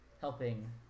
helping